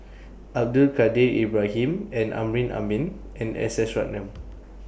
Abdul Kadir Ibrahim Amrin Amin and S S Ratnam